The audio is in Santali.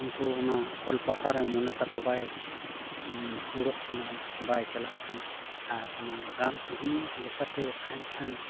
ᱩᱱᱠᱩ ᱚᱱᱟ ᱚᱞ ᱯᱟᱲᱦᱟᱣ ᱨᱮ ᱢᱚᱱᱮ ᱛᱟᱠᱚ ᱵᱟᱭ ᱢᱩᱠᱩᱲᱚᱜ ᱠᱟᱱᱟ ᱵᱟᱭ ᱪᱟᱞᱟᱜ ᱠᱟᱱᱟ ᱟᱨ ᱚᱱᱟ ᱜᱟᱢ ᱠᱟᱹᱦᱱᱤ ᱞᱮᱠᱟᱛᱮ ᱛᱟᱦᱮᱱ ᱠᱷᱟᱱ